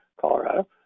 Colorado